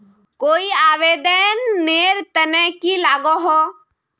कोई आवेदन नेर तने की लागोहो?